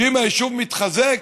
שאם היישוב מתחזק,